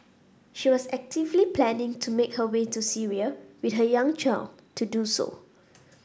she was actively planning to make her way to Syria with her young child to do so